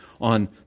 on